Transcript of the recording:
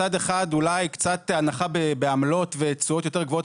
מצד אחד אולי קצת הנחה בעמלות ותשואות יותר גבוהות,